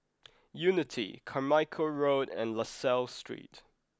Unity Carmichael Road and La Salle Street